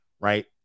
right